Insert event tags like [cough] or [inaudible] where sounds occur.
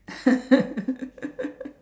[laughs]